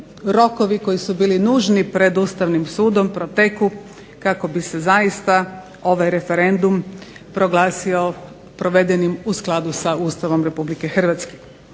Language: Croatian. rokovi koji su bili nužni pred Ustavnim sudom proteku kako bi se zaista ovaj referendum proglasio provedenim u skladu s Ustavom Republike Hrvatske.